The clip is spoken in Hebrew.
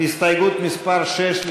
הסתייגות מס' 6,